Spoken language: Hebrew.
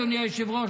אדוני היושב-ראש,